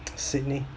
sydney